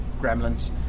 gremlins